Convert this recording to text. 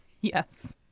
Yes